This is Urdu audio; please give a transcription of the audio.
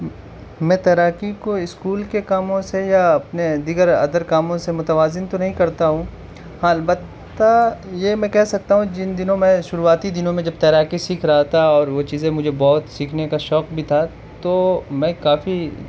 میں تیراکی کو اسکول کے کاموں سے یا اپنے دیگر ادر کاموں سے متوازن تو نہیں کرتا ہوں ہاں البتہ یہ میں کہہ سکتا ہوں جن دنوں میں شروعاتی دنوں میں جب تیراکی سیکھ رہا تھا اور وہ چیزیں مجھے بہت سیکھنے کا شوق بھی تھا تو میں کافی